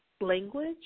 language